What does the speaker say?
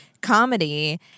comedy